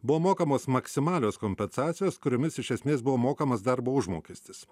buvo mokamos maksimalios kompensacijos kuriomis iš esmės buvo mokamas darbo užmokestis